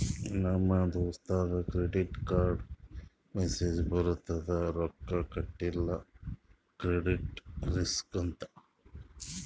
ನಮ್ ದೋಸ್ತಗ್ ಕ್ರೆಡಿಟ್ ಕಾರ್ಡ್ಗ ಮೆಸ್ಸೇಜ್ ಬರ್ತುದ್ ರೊಕ್ಕಾ ಕಟಿಲ್ಲ ಕ್ರೆಡಿಟ್ ರಿಸ್ಕ್ ಅಂತ್